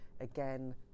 again